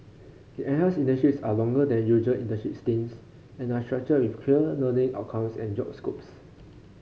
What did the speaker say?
the enhanced internships are longer than usual internship stints and are structured with clear learning outcomes and job scopes